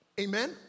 amen